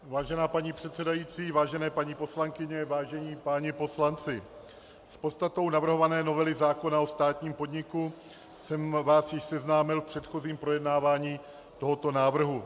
Vážená paní předsedající, vážené paní poslankyně, vážení páni poslanci, s podstatou navrhované novely zákona o státním podniku jsem vás již seznámil v předchozím projednávání tohoto návrhu.